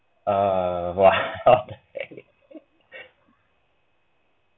ah !wow!